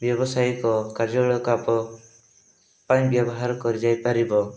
ବ୍ୟବସାୟିକ କାର୍ଯ୍ୟଳୟ ପାଇଁ ବ୍ୟବହାର କରାଯାଇପାରିବ